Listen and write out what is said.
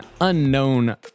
unknown